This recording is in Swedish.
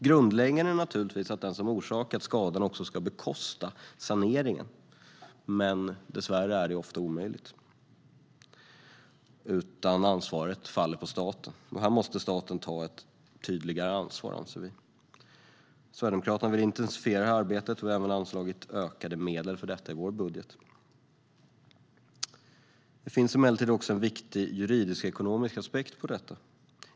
Grundläggande är naturligtvis att den som orsakat skadan också ska bekosta saneringen, men dessvärre är det ofta omöjligt. Ansvaret faller på staten. Vi anser att staten här måste ta ett tydligare ansvar. Sverigedemokraterna vill intensifiera arbetet och har anslagit ökade medel för detta i vår budget. Det finns emellertid också en viktig juridisk-ekonomisk aspekt på detta.